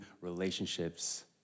relationships